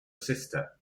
sister